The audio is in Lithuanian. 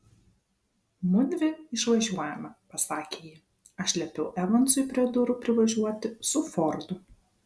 mudvi išvažiuojame pasakė ji aš liepiau evansui prie durų privažiuoti su fordu